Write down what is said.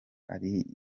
ariko